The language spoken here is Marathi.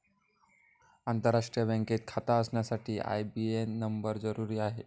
आंतरराष्ट्रीय बँकेत खाता असण्यासाठी आई.बी.ए.एन नंबर जरुरी आहे